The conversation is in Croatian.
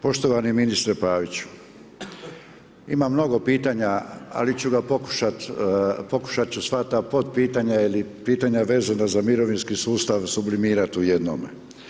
Poštovani ministre Paviću, imam mnogo pitanja, ali pokušat ću staviti potpitanja ili pitanja vezano za mirovinski sustav, sublimirati u jednome.